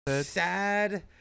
sad